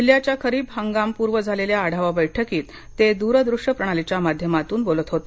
जिल्ह्याच्या खरीप हंगामपूर्व झालेल्या आढावा बैठकीत ते दुरदृश्य प्रणालीच्या माध्यमातून बोलत होते